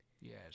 Yes